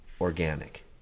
organic